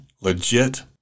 legit